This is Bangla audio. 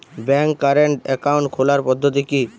ব্যাংকে কারেন্ট অ্যাকাউন্ট খোলার পদ্ধতি কি?